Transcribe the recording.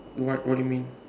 what what do you mean